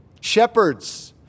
Shepherds